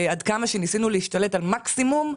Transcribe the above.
עד כמה שניסינו להשתלט על המקסימום,